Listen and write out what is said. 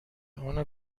اونو